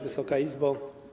Wysoka Izbo!